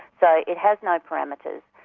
so it has no parameters,